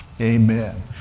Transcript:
amen